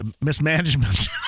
mismanagement